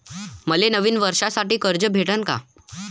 मले नवीन वर्षासाठी कर्ज भेटन का?